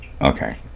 Okay